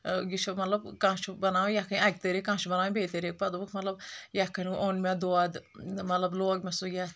یہِ چھُ مطلب کانٛہہ چھُ بناوان یکھٕنۍ اکہِ طٔریٖقہٕ کانٛہہ چھُ باناوان بییٚہِ طٔریٖقہٕ پتہٕ دوٚپکھ مطلب یکھٕنۍ اوٚن مےٚ دۄد مطلب لوگ مےٚ سُہ یتھ